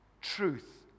truth